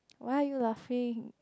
why are you laughing